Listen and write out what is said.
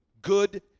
good